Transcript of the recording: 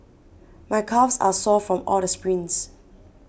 my calves are sore from all the sprints